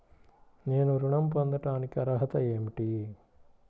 నేను ఋణం పొందటానికి అర్హత ఏమిటి?